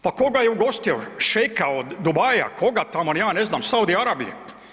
Pa koga je ugostio, šeika od Dubaija, koga, tamo, ni ja ne znam, Saudi Arabije?